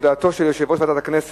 אבל על המסך,